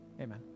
Amen